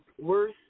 worth